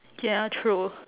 ya true